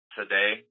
today